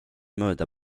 mööda